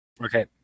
Okay